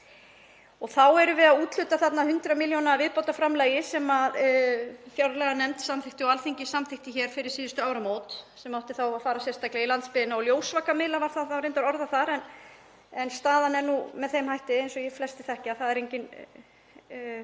Þá erum við að úthluta þarna 100 millj. kr. viðbótarframlagi sem fjárlaganefnd samþykkti og Alþingi samþykkti hér fyrir síðustu áramót sem átti þá að fara sérstaklega til landsbyggðarinnar og ljósvakamiðla, þannig var það reyndar orðað þar. En staðan er nú með þeim hætti, eins og flestir þekkja, að það er enginn